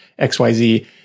XYZ